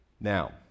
Now